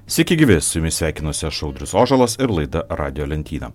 sveiki gyvi su jumis sveikinuosi aš audrius ožalas ir laida radijo lentyna